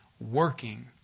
working